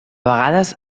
vegades